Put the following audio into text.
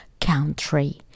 country